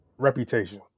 Reputation